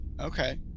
Okay